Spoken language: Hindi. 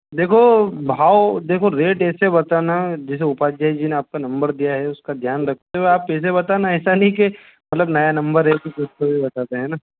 देखो भाव देखो रेट ऐसे बताना जैसे उपाध्याय जी ने आपका नंबर दिया है उसका ध्यान रखते हुए आप पैसे बताना ऐसा नहीं कि मतलब नया नंबर है कि उसको भी बताते हैं ना